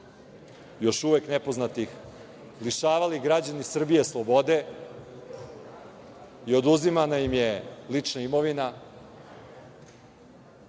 još uvek nepoznatih, lišavali građani Srbije slobode i oduzimana im je lična imovina.